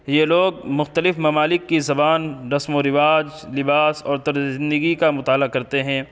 یہ لوگ مختلف ممالک کی زبان رسم و رواج لباس اور طرز زندگی کا مطالعہ کرتے ہیں